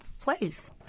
place